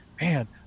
man